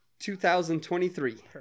2023